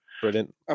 Brilliant